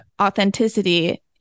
authenticity